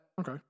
Okay